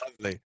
lovely